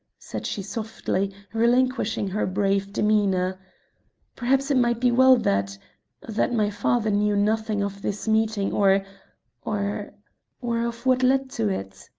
said she softly, relinquishing her brave demeanour perhaps it might be well that that my father knew nothing of this meeting, or or or of what led to it.